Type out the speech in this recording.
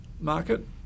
market